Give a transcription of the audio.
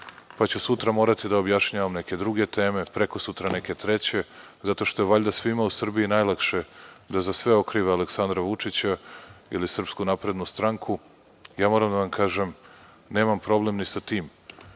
pa ću sutra morati da objašnjavam neke druge teme, prekosutra neke treće, zato što je valjda svima u Srbiji najlakše da za sve okrive Aleksandra Vučića ili SNS.Moram da vam kažem da nemam problem ni sa tim,